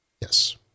Yes